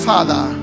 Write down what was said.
Father